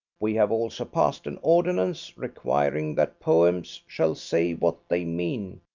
we have also passed an ordinance requiring that poems shall say what they mean,